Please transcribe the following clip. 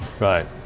Right